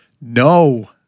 no